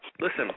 Listen